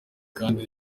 kandi